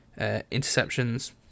Interceptions